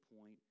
point